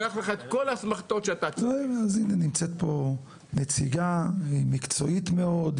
נמצאת פה נציגה מקצועית מאוד,